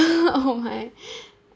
oh my